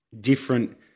different